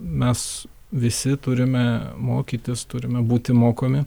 mes visi turime mokytis turime būti mokomi